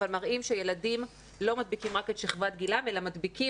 אבל מראים שילדים לא מדביקים רק את שכבת גילם אלא מדביקים